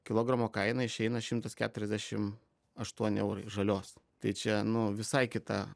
kilogramo kaina išeina šimtas keturiasdešim aštuoni eurai žalios tai čia nu visai kita